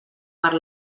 per